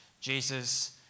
Jesus